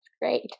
great